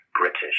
British